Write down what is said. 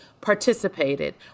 participated